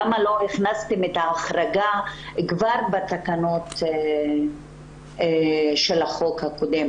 למה לא הכנסתם את ההחרגה כבר בתקנות של החוק הקודם?